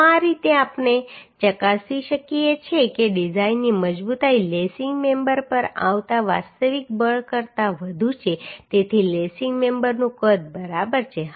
તો આ રીતે આપણે ચકાસી શકીએ કે ડિઝાઇનની મજબૂતાઈ લેસિંગ મેમ્બર પર આવતા વાસ્તવિક બળ કરતાં વધુ છે તેથી લેસિંગ મેમ્બરનું કદ બરાબર છે